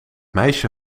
meisje